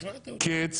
קץ